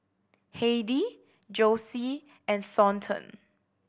Heidy Josie and Thornton